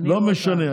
לא משנה,